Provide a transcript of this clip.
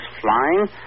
flying